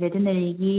ꯕꯦꯇꯅꯔꯤꯒꯤ